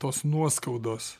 tos nuoskaudos